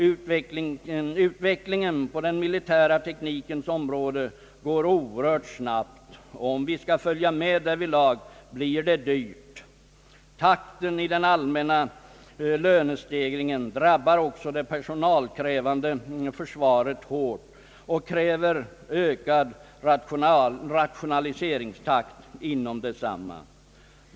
Utvecklingen på den militära teknikens område går oerhört snabbt, och om vi skall kunna följa med därvidlag, blir det dyrt. Takten i den allmänna lönestegringen drabbar också det personalkrävande försvaret hårt och kräver ökad rationaliseringstakt inom detsamma.